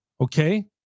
Okay